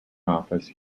office